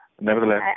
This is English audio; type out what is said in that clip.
nevertheless